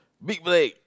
big break